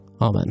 Amen